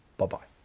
bye-bye.